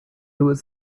was